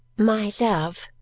my love,